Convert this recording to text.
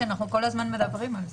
כי אנחנו כל הזמן מדברים על זה.